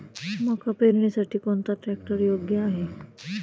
मका पेरणीसाठी कोणता ट्रॅक्टर योग्य आहे?